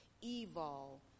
evil